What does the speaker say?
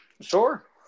sure